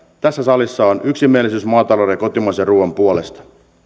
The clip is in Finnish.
tässä salissa on yksimielisyys maatalouden ja kotimaisen ruuan puolesta